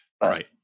right